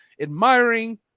admiring